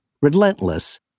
relentless